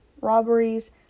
robberies